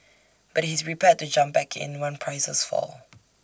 but he's prepared to jump back in once prices fall